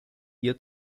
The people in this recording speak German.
ihr